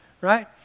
Right